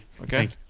Okay